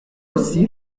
aussi